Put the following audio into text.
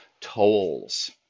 tolls